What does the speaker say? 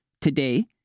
Today